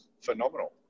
phenomenal